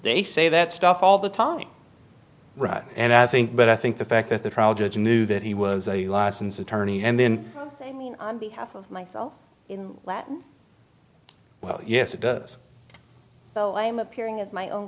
they say that stuff all the talking right and i think but i think the fact that the trial judge knew that he was a licensed attorney and then i mean on behalf of myself in latin well yes it does so i am appearing in my own